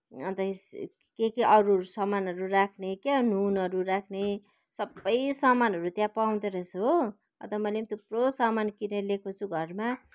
अन्त के के अरू सामानहरू राख्ने क्या हो नुनहरू राख्ने सबै सामानहरू त्यहाँ पाउँदोरहेछ हो अन्त मैले पनि थुप्रो सामान किनेर ल्याएको छु घरमा